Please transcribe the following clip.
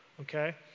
Okay